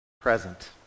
present